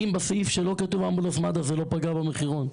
אם בסעיף שלא כתוב אמבולנס מד"א זה לא פגע במחירון.